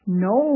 no